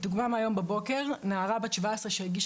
דוגמה מהיום בבוקר: נערה בת 17 שהגישה